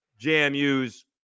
JMU's